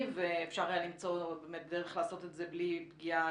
ואפשר היה למצוא באמת דרך לעשות את זה בלי פגיעה.